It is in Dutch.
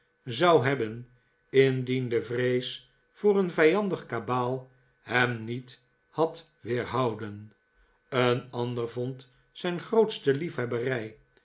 zou hebben indien de vrees voor een vijandig kabaal hem niet had weerhouden een ander vond zijn grootste liefhebberij